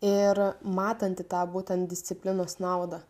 ir matanti tą būtent disciplinos naudą